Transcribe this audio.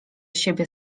siebie